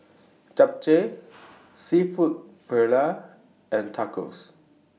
Japchae Seafood Paella and Tacos